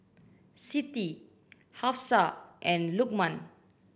Siti Hafsa and Lukman